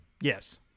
Yes